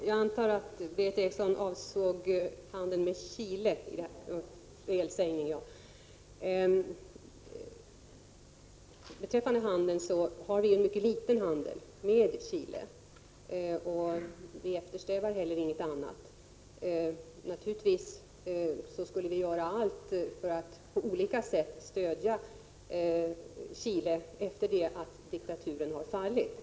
Fru talman! Vår handel med Chile är mycket liten. Vi eftersträvar heller inget annat. Men naturligtvis skulle vi göra allt för att stödja Chile efter det att diktaturen har fallit.